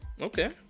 Okay